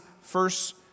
first